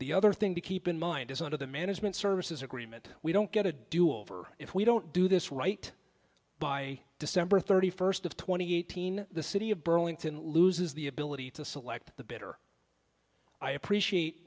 the other thing to keep in mind is one of the management services agreement we don't get a do over if we don't do this right by december thirty first of twenty eighteen the city of burlington loses the ability to select the better i appreciate